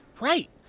Right